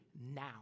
now